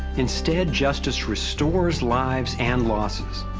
instead justice restores lives and losses.